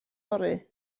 fory